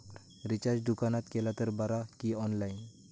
Recharge दुकानात केला तर बरा की ऑनलाइन?